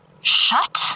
shut